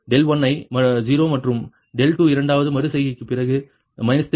எனவே 1 ஐ 0 மற்றும் 2 இரண்டாவது மறு செய்கைக்குப் பிறகு 3